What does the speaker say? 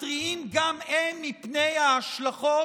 מתריעים גם הם מפני ההשלכות,